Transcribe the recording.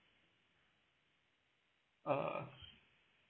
uh